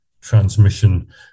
transmission